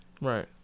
Right